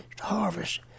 harvest